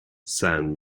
san